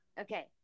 okay